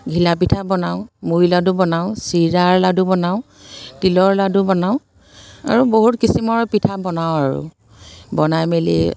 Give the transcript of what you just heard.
ঘিলা পিঠা বনাওঁ মুড়ি লাডু বনাওঁ চিৰাৰ লাড়ু বনাওঁ তিলৰ লাড়ু বনাওঁ আৰু বহুত কিচিমৰ পিঠা বনাওঁ আৰু বনাই মেলি